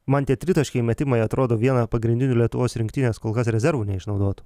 man tie tritaškiai metimai atrodo viena pagrindinių lietuvos rinktinės kol kas rezervų neišnaudotų